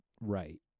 right